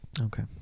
Okay